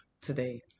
today